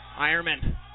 Ironman